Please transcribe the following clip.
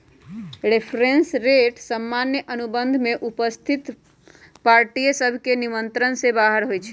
reference rate सामान्य अनुबंध में उपस्थित पार्टिय सभके नियंत्रण से बाहर होइ छइ